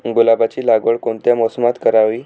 गुलाबाची लागवड कोणत्या मोसमात करावी?